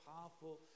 powerful